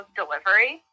delivery